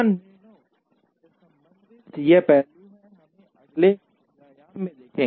इसलिए स्थान निर्णयों से संबंधित ये पहलू हम अगले व्याख्यान में देखेंगे